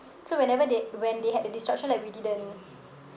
so whenever they when they had a disruption like we didn't